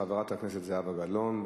חברת הכנסת זהבה גלאון,